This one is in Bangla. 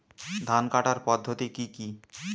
ধান কাটার পদ্ধতি কি কি?